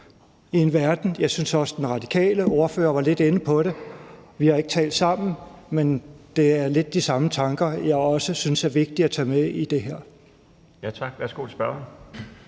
for verden. Jeg synes også, den radikale ordfører var lidt inde på det, og vi har ikke talt sammen om det, men det er lidt de samme tanker, jeg også synes det er vigtigt at tage med ind i det her. Kl. 21:30 Den fg.